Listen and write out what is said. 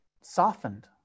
softened